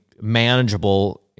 manageable